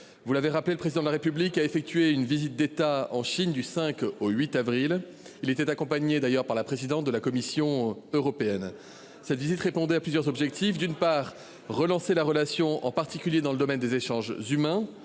vous l'avez rappelé, le Président de la République a effectué une visite d'État en Chine du 5 au 8 avril dernier. Il était accompagné par la présidente de la Commission européenne. Cette visite avait plusieurs objectifs. D'une part, il s'agissait de relancer la relation, en particulier dans le domaine des échanges humains.